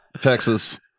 Texas